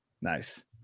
Nice